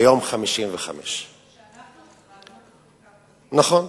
כיום 55. נכון.